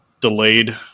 delayed